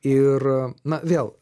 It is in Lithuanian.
ir na vėl